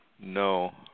No